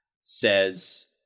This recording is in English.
says